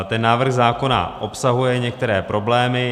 Ten návrh zákona obsahuje některé problémy.